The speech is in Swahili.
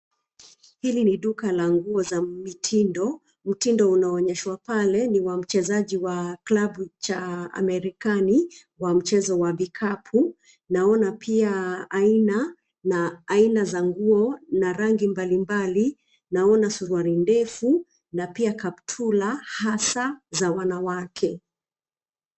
Hili ni duka la nguo za mitindo. Mtindo unaonyeshwa pale ni wa mchezaji wa klabu cha Amerikani, wa mchezo wa vikapu. Naona pia aina na aina za nguo na rangi mbalimbali. Naona suruali ndefu na pia kaptula hasa za wanawake.